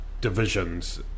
divisions